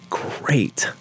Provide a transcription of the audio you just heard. great